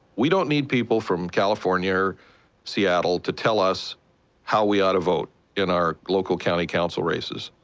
we don't need people from california or seattle to tell us how we ought to vote in our local county council races.